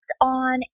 on